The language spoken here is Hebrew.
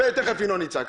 ותיכף ינון יצעק.